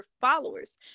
followers